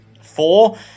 Four